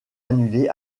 annulée